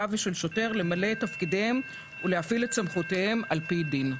ושל שוטר למלא את תפקידיהם ולהפעיל את סמכויותיהם על פי דין.